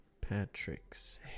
patrick's